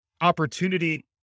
opportunity